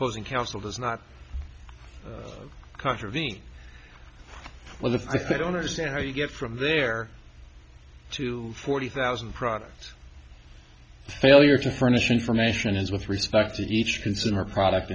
posing council does not contravene well if i don't understand how you get from there to forty thousand products failure to furnish information is with respect to each consumer product